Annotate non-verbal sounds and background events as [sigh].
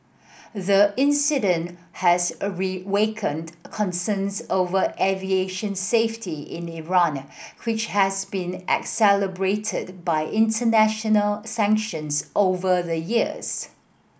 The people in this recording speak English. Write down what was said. the incident has a reawakened concerns over aviation safety in Iran which has been [unintelligible] by international sanctions over the years